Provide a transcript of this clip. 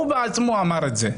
הוא בעצמו אמר את זה.